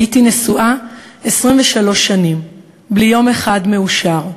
''הייתי נשואה 23 שנים, בלי יום אחד מאושר.